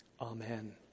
Amen